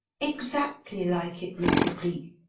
exactly like it, mr. cleek.